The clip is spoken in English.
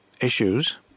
issues